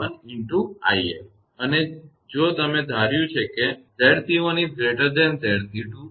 𝑖𝑓 અને જો તમે ધાર્યું છે કે 𝑍𝑐1 𝑍𝑐2 પછી 𝑣𝑏 એ negative થશે